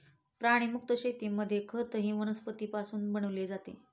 प्राणीमुक्त शेतीमध्ये खतही वनस्पतींपासून बनवले जाते